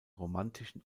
romantischen